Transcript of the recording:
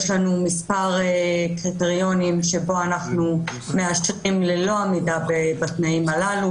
יש לנו מספר קריטריונים שבהם אנחנו מאשרים ללא עמידה בתנאים הללו.